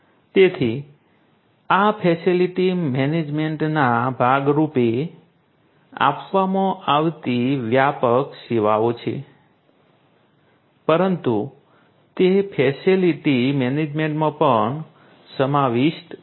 તેથી આ ફેસિલિટી મેનેજમેન્ટના ભાગ રૂપે આપવામાં આવતી વ્યાપક સેવાઓ છે પરંતુ તે ફેસિલિટી મેનેજમેન્ટમાં પણ સમાવિષ્ટ છે